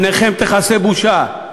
פניכם תכסה בושה.